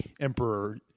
Emperor